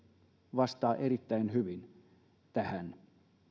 vastaa erittäin hyvin tähän